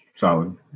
Solid